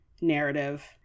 narrative